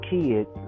kids